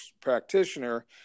practitioner